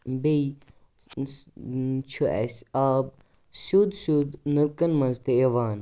بیٚیہِ چھُ اَسہِ آب سیٚود سیٚود نَلکَن منٛز تہِ یِوان